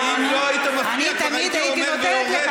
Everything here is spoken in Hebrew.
אני לא אדבר ולא אסכם